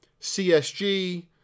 CSG